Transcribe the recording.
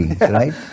right